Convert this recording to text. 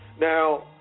Now